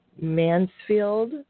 Mansfield